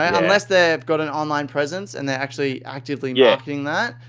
unless they've got an online presence and their actually actively marketing that,